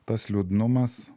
tas liūdnumas